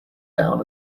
down